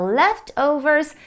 leftovers